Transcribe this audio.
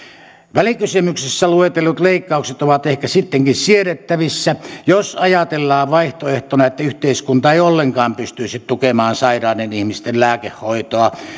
välikysymyksessä luetellut leikkaukset ovat ehkä sittenkin siedettävissä jos ajatellaan vaihtoehtona että yhteiskunta ei ollenkaan pystyisi tukemaan sairaiden ihmisten lääkehoitoa